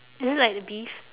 is it like the beef